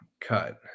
cut